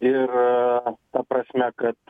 ir ta prasme kad